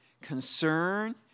Concern